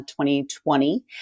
2020